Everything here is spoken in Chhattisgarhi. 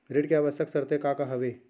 ऋण के आवश्यक शर्तें का का हवे?